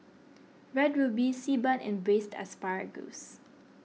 Red Ruby Xi Ban and Braised Asparagus